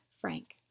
Frank